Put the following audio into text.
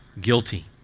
guilty